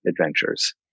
adventures